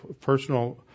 personal